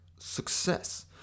success